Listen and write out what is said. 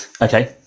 Okay